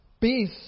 Peace